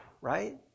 right